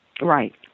Right